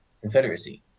Confederacy